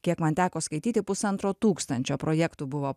kiek man teko skaityti pusantro tūkstančio projektų buvo